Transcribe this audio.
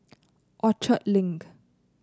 Orchard Link